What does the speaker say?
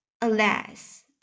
Alas